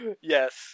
Yes